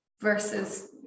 versus